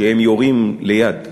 שהם יורים ליד.